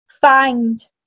find